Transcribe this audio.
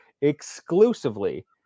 exclusively